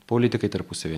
politikai tarpusavy